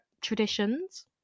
traditions